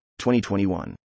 2021